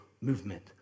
movement